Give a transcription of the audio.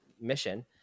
mission